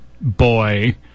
boy